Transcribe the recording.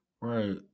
right